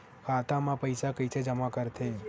खाता म पईसा कइसे जमा करथे?